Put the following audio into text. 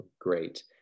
great